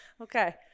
okay